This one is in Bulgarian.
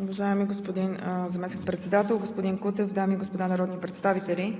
Уважаеми господин Заместник-председател, господин Кутев, дами и господа народни представители!